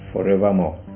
Forevermore